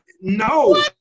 no